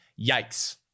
Yikes